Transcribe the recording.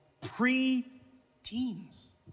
pre-teens